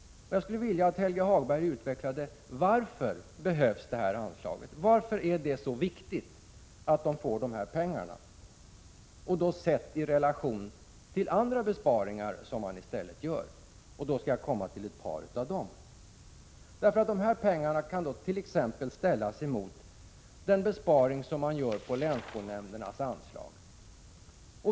Jag skulle vilja att Helge Hagberg utvecklade varför det behövs. Varför är det så viktigt att man får dessa pengar, sett i relation till andra besparingar som görs i stället? Jag skall nämna ett par av dessa besparingar. 135 Dessa pengar kan t.ex. ställas mot den besparing som regeringen gör på länsskolnämndernas anslag.